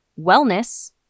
wellness